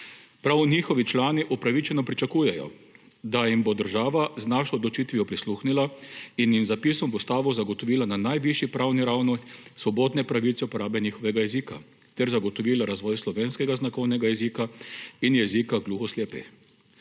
Prav njihovi člani upravičeno pričakujejo, da jim bo država z našo odločitvijo prisluhnila in jim z zapisom v ustavo zagotovila na najvišji pravni ravni svobodne pravice uporabe njihovega jezika ter zagotovila razvoj slovenskega znakovnega jezika in jezika gluhoslepih.